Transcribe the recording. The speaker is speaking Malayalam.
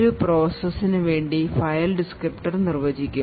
ഒരു പ്രോസസ്സിനു വേണ്ടി ഫയൽ ഡിസ്ക്രിപ്റ്റർ നിർവചിക്കും